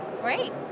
Great